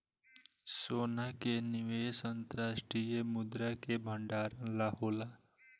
सोना के निवेश अंतर्राष्ट्रीय मुद्रा के भंडारण ला होला